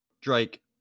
Drake